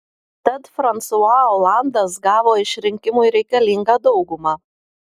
tad fransua olandas gavo išrinkimui reikalingą daugumą